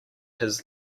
his